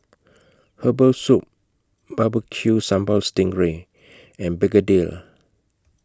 Herbal Soup Bbq Sambal Sting Ray and Begedil